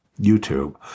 YouTube